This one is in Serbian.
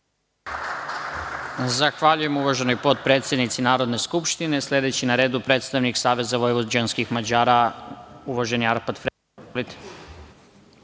Zahvaljujem uvaženoj potpredsednici Narodne skupštine. Sledeći na redu je predstavnik Saveza vojvođanskih Mađara, uvaženi Arpad Fremon.